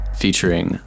featuring